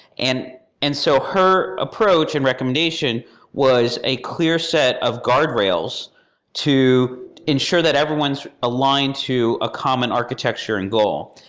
and and so her approach and recommendation was a clear set of guardrails to ensure that everyone's aligned to a common architecture and goal.